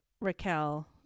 Raquel